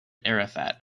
arafat